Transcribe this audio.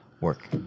Work